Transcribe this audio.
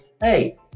Hey